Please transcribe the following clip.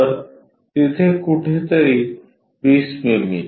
तर तिथे कुठेतरी 20 मिमी